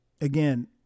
again